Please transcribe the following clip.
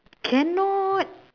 cannot